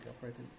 operating